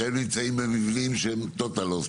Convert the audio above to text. והם נמצאים במבנים שהם טוטאלוס,